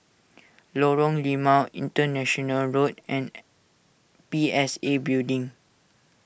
Lorong Limau International Road and P S A Building